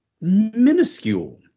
minuscule